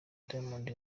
diamond